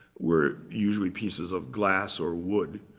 were usually pieces of glass or wood.